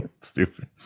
Stupid